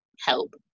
Help